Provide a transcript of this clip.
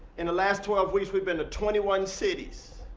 in the last twelve weeks, we've been to twenty one cities.